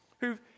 who've